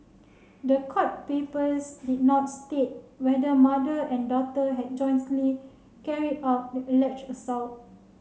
the court papers did not state whether mother and daughter had jointly carried out the alleged assault